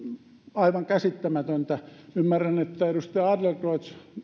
aivan käsittämätöntä ymmärrän että edustaja adlercreutz